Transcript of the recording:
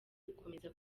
gukomeza